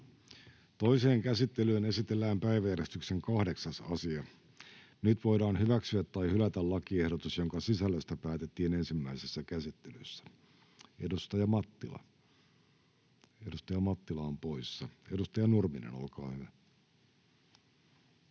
Toiseen käsittelyyn esitellään päiväjärjestyksen 8. asia. Nyt voidaan hyväksyä tai hylätä lakiehdotus, jonka sisällöstä päätettiin ensimmäisessä käsittelyssä. — Edustaja Mattila on poissa. — Edustaja Nurminen, olkaa hyvä.